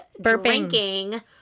drinking